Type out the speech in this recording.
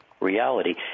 reality